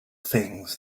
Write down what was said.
things